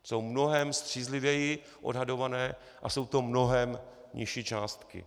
Jsou mnohem střízlivěji odhadované a jsou to mnohem nižší částky.